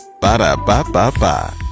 Ba-da-ba-ba-ba